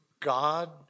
God